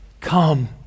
Come